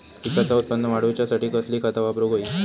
पिकाचा उत्पन वाढवूच्यासाठी कसली खता वापरूक होई?